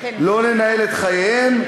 לא לנהל את חייהם,